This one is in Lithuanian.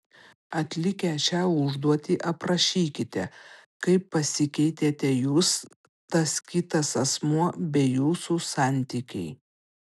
atlikę šią užduotį aprašykite kaip pasikeitėte jūs tas kitas asmuo bei jūsų santykiai